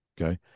okay